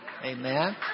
Amen